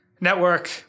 network